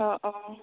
औ औ